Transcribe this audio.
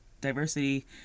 diversity